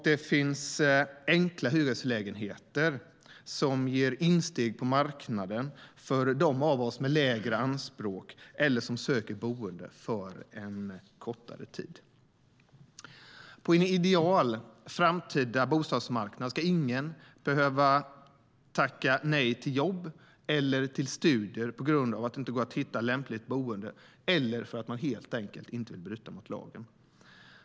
Där finns enkla hyreslägenheter som ger insteg på marknaden för dem av oss med lägre anspråk eller för dem som söker boende för en kortare tid. På en ideal framtida bostadsmarknad ska ingen behöva tacka nej till jobb eller studier på grund av att det inte går att hitta lämpligt boende eller för att man helt enkelt inte vill bryta mot lagen.